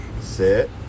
Sit